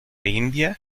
india